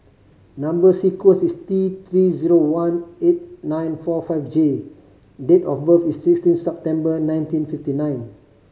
number sequence is T Three zero one eight nine four five J date of birth is sixteen September nineteen fifty nine